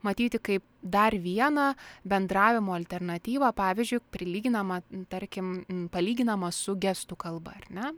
matyti kaip dar vieną bendravimo alternatyvą pavyzdžiui prilyginamą tarkim palyginamą su gestų kalba ar ne